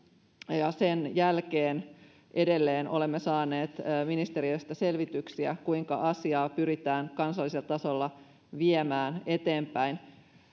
ja ja sen jälkeen edelleen olemme saaneet ministeriöstä selvityksiä kuinka asiaa pyritään kansallisella tasolla viemään eteenpäin